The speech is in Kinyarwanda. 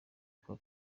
kuba